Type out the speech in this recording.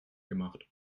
gemacht